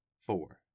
four